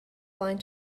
blind